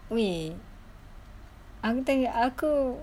wei aku tengah aku